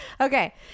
Okay